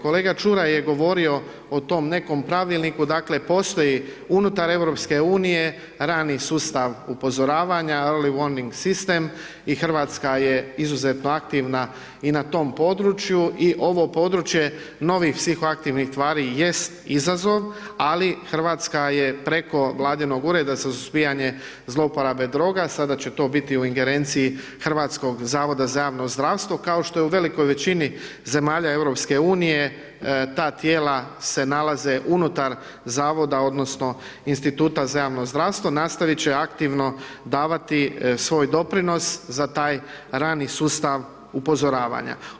Kolega Čuraj je govorio o tom nekom Pravilniku, dakle, postoji unutar EU rani sustav upozoravanja… [[Govornik se ne razumije]] i RH je izuzetno aktivna i na tom području i ovo područje novih psihoaktivnih tvari jest izazov, ali RH je preko Vladinog ureda za suzbijanje zlouporabe druga, sada će to biti u ingerenciji Hrvatskog zavoda za javno zdravstvo, kao što je u velikoj većini zemalja EU, ta tijela se nalaze unutar Zavoda odnosno Instituta za javno zdravstvo, nastavit će aktivno davati svoj doprinos za taj rani sustav upozoravanja.